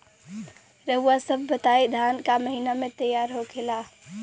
रउआ सभ बताई धान क महीना में तैयार होखेला?